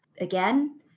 again